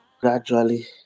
Gradually